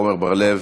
עמר בר-לב?